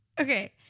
Okay